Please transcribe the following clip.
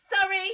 sorry